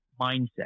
mindset